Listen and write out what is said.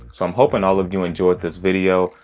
so, i'm hoping all of you enjoyed this video.